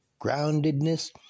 groundedness